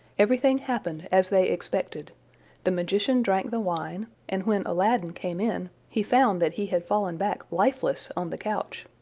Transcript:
everything happened as they expected the magician drank the wine, and when aladdin came in, he found that he had fallen back lifeless on the couch.